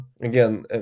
Again